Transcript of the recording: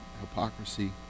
hypocrisy